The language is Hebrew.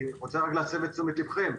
אני רוצה להסב את תשומת לבכם,